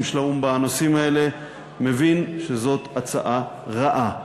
של האו"ם בנושאים האלה מבין שזאת הצעה רעה.